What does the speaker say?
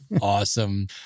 Awesome